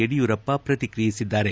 ಯಡಿಯೂರಪ್ಪ ಪ್ರತಿಕ್ರಿಯಿಸಿದ್ದಾರೆ